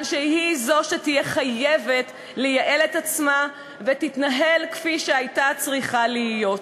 שהיא זו שתהיה חייבת לייעל את עצמה ותתנהל כפי שהייתה צריכה להיות.